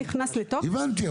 הבנתי,